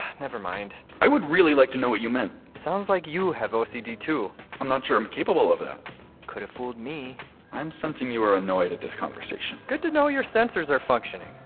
never mind i would really like to know what you meant sounds like you have o c d, too i'm not sure i'm capable of that could've fooled me i'm sensing you are annoyed at this conversation good to know your sensors are functioning